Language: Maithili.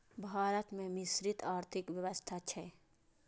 भारत मे मिश्रित आर्थिक व्यवस्था छै